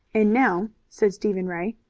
and now, said stephen ray,